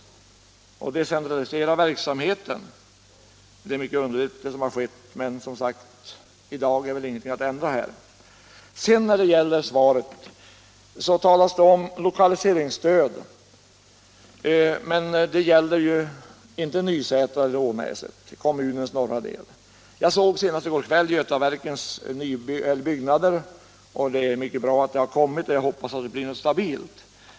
och Decentralisera verksamheten!. Det som har skett är mycket underligt, men i dag går väl ingenting att ändra härvidlag. När det sedan gäller interpellationssvaret, så talas det om lokaliseringsstödet, men det gäller ju inte Nysätra eller Ånäset i kommunens norra del. Jag såg senast i går kväll Götaverkens byggnader och det är mycket bra att detta har kommit; jag hoppas att det blir någonting stabilt.